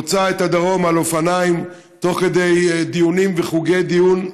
חוצים את הדרום על אופניים תוך כדי דיונים וחוגי דיון.